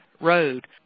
road